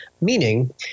Meaning